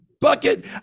bucket